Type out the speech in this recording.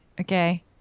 okay